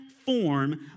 Form